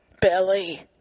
belly